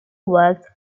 works